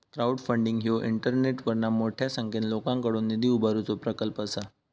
crowdfunding ह्यो इंटरनेटवरना मोठ्या संख्येन लोकांकडुन निधी उभारुचो प्रकल्प असा